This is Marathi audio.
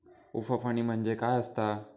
उफणणी म्हणजे काय असतां?